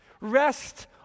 Rest